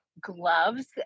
gloves